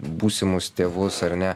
būsimus tėvus ar ne